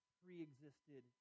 pre-existed